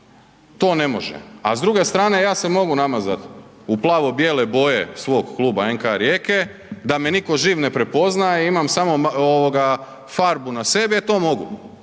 to ne može, a s druge strane ja se mogu namazat u plavo bijele boje svog kluba NK Rijeke da me niko živ ne prepoznaje, imam samo ovoga farbu na sebi, e to mogu,